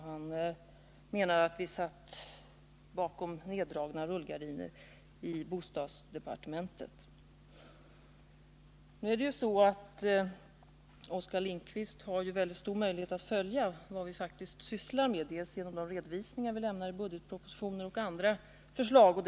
Han menade att vi i bostadsdepartementet sitter bakom neddragna rullgardiner. Oskar Lindkvist har dock mycket goda möjugheter att följa vad vi faktiskt sysslar med, bl.a. genom de redovisningar vi lämnar i budgetpropositioner och i andra propositionsförslag.